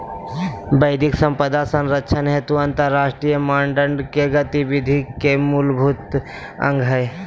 बौद्धिक संपदा संरक्षण हेतु अंतरराष्ट्रीय मानदंड के गतिविधि के मूलभूत अंग हइ